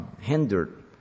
hindered